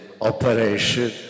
operation